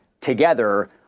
together